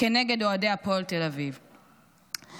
כנגד אוהדי הפועל תל אביב, דחיפות,